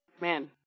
man